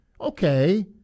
okay